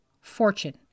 fortune